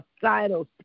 suicidal